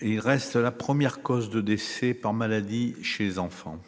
restent la première cause de décès par maladie chez les enfants.